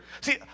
See